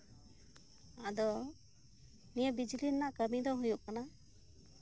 ᱟᱫᱚ ᱱᱤᱭᱟᱹ ᱵᱤᱡᱽᱞᱤ ᱨᱮᱭᱟᱜ ᱠᱟᱹᱢᱤ ᱫᱚ ᱦᱩᱭᱩᱜ ᱠᱟᱱᱟ